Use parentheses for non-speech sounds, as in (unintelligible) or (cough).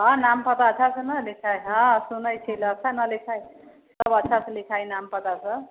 हँ नाम पता अच्छा से न लिखाइ हँ सुनै छी (unintelligible) अच्छा से लिखाइ नाम पता सब